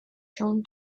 john